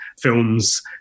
films